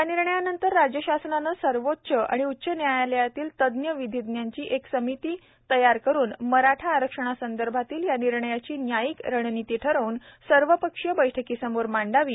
या निर्णयनांतर राज्य शासनानं सर्वोच्च आणि उच्च न्यायालयातील तज्ज्ञ विधीज्ञाची एक समिती तयार करून मराठा आरक्षणासंदर्भातील या निर्णयाची न्यायिक रणनिती ठरवून सर्वपक्षीय बैठकीसमोर मांडावी